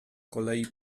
kolei